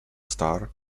star